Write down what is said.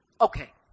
Okay